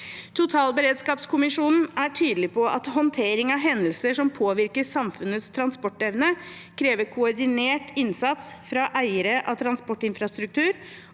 Totalberedskapskommisjonen er tydelig på at håndtering av hendelser som påvirker samfunnenes transportevne, krever koordinert innsats fra eiere av transportinfrastruktur.